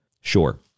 sure